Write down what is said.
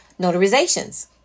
notarizations